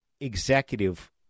executive